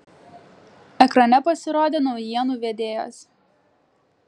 ekrane pasirodė naujienų vedėjas